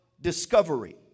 discovery